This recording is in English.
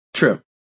True